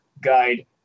guide